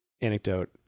anecdote